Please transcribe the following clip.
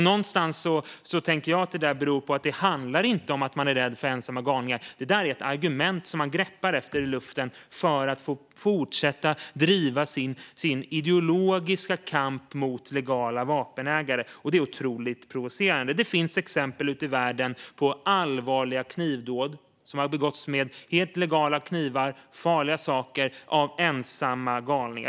Jag tänker att det beror på att det inte handlar om att man är rädd för ensamma galningar, utan det är ett argument som man har gripit ur luften för att fortsätta driva sin ideologiska kamp mot legala vapenägare. Det är otroligt provocerande. Det finns exempel ute i världen på allvarliga knivdåd som ensamma galningar har begått med helt legala knivar, farliga saker.